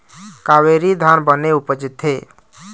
कावेरी धान बने उपजथे?